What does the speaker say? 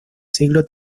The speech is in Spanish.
siglo